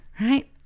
Right